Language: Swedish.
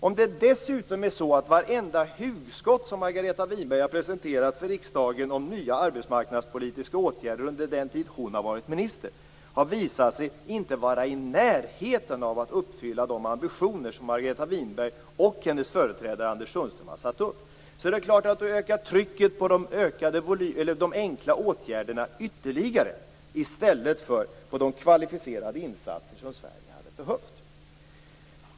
Om det dessutom är så att vartenda hugskott som Margareta Winberg presenterat för riksdagen om nya arbetsmarknadspolitiska åtgärder under den tid hon varit minister inte har visat sig vara i närheten av att uppfylla de ambitioner som Margareta Winberg och hennes företrädare Anders Sundström satt upp, är det klart att trycket på enkla åtgärder ökar ytterligare i stället för att trycket ökar på de kvalificerade insatser som Sverige skulle ha behövt.